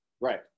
Right